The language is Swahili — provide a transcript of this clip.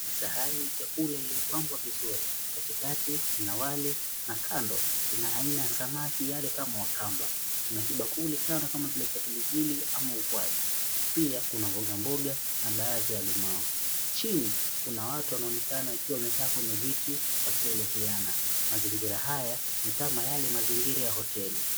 Kisahani chakula iliyopambwa vizuri, katikati kina wali na kando ina aina ya samaki yale kama wa kamba. Kuna kibakuli kando kama vile cha pilipili ama ukwaju. Pia kuna mboga mboga na baadhi ya limau. Chini kuna watu wanaonekana wakiwa wamekaa kwenye viti wakielekeana. Mazingira haya ni kama yale mazingira ya hoteli.